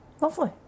Lovely